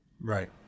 Right